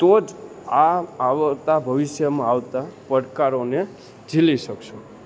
તો જ આ આવતા ભવિષ્યમાં આવતા પડકારોને ઝીલી શકશું